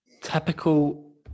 Typical